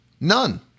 None